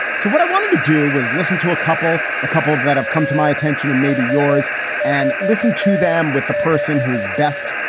so what i wanted to do was listen to a couple, a couple of that have come to my attention and maybe yours and listen to them with the person who's best,